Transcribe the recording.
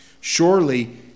Surely